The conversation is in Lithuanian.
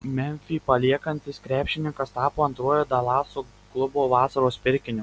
memfį paliekantis krepšininkas tapo antruoju dalaso klubo vasaros pirkiniu